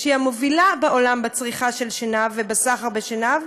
שהיא המובילה בעולם בצריכה של שנהב ובסחר בשנהב,